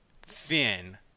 thin